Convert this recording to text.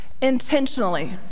intentionally